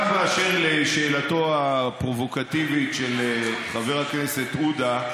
גם באשר לשאלתו הפרובוקטיבית של חבר הכנסת עודה,